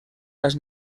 las